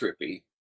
trippy